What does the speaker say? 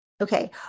Okay